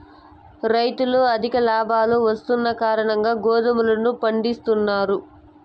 రైతులు అధిక లాభాలు వస్తున్న కారణంగా గోధుమలను పండిత్తున్నారు